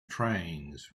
trains